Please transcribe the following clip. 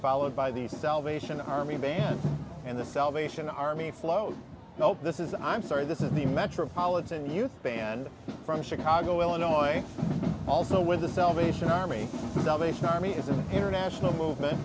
followed by the salvation army band and the salvation army float this is i'm sorry this is the metropolitan youth band from chicago illinois also with the salvation army salvation army is an international movement